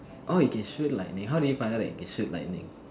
orh you can shoot lightning how did you find out that you can shoot lightning